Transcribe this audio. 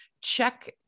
check